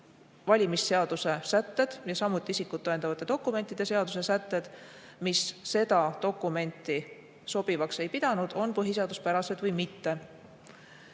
valimisseaduse sätted ja samuti isikut tõendavate dokumentide seaduse sätted, mis seda dokumenti sobivaks ei pidanud, on põhiseaduspärased või mitte.